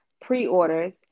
pre-orders